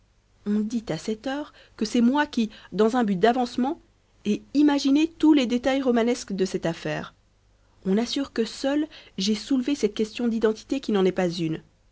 on dit à cette heure que c'est moi qui dans un but d'avancement ai imaginé tous les détails romanesques de cette affaire on assure que seul j'ai soulevé cette question d'identité qui n'en est pas une